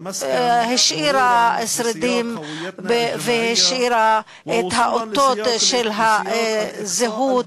השאירה שרידים והשאירה את האותות של הזהות,